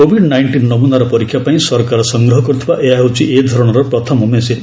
Covid nineteen ନମୁନାର ପରୀକ୍ଷା ପାଇଁ ସରକାର ସଂଗ୍ରହ କରିଥିବା ଏହା ହେଉଛି ଏ ଧରଣର ପ୍ରଥମ ମେସିନ୍